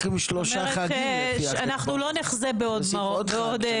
זאת אומרת שאנחנו לא נחזה בעוד סיטואציות כאלה.